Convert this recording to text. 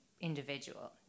individual